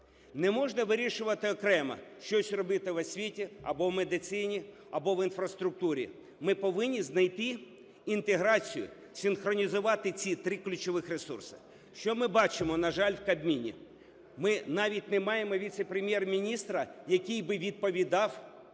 Не можна вирішувати окремо щось робити в освіті або в медицині, або в інфраструктурі. Ми повинні знайти інтеграцію, синхронізувати ці три ключових ресурси. Що ми бачимо, на жаль, в Кабміні? Ми навіть не маємо віце-прем'єр-міністра, який би відповідав